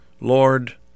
Lord